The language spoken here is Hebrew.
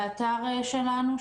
באתר שלנו,